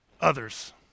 others